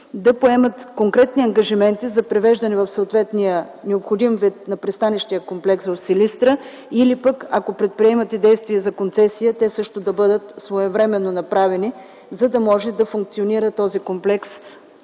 да поемат конкретни ангажименти за превеждане в съответния необходим вид на пристанищен комплекс в Силистра или пък, ако предприемете действия за концесия, те също да бъдат своевременно направени, за да може да функционира този комплекс,